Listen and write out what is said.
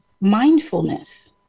Mindfulness